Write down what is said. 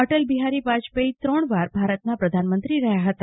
અટલ બિફારી બાજપેઈ ત્રણ વાર ભારતના પ્રધાનમંત્રી રહ્યા હતા